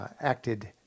acted